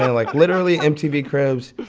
and like, literally mtv cribs.